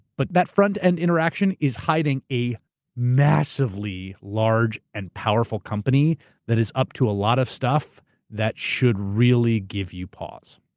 but that front-end interaction is hiding a massively large and powerful company that is up to a lot of stuff that should really give you pause.